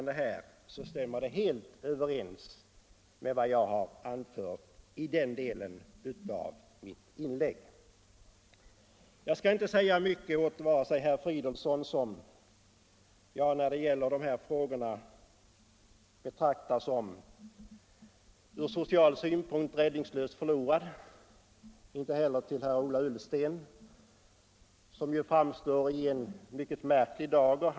Det stämmer helt överens med vad jag anfört i den delen av mitt anförande här. Jag skall inte säga mycket till herr Fridolfsson, som jag när det gäller dessa frågor ur social synpunkt anser vara räddningslöst förlorad, och inte heller till herr Ullsten, som ju framstår i en märklig dager.